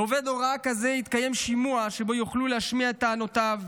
לעובד הוראה כזה יתקיים שימוע שבו יוכל להשמיע את טענותיו,